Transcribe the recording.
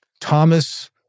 Thomas